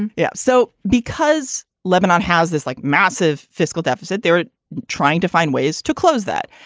and yeah. so because lebanon has this like massive fiscal deficit, they're trying to find ways to close that.